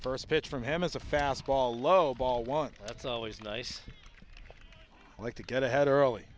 first pitch from him as a fastball low ball one that's always nice like to get ahead early